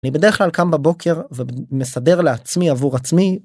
אני בדרך כלל קם בבוקר ומסדר לעצמי עבור עצמי.